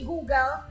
Google